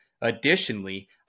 Additionally